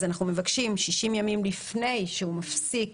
אז אנחנו מבקשים 60 ימים לפני שהוא יפסיק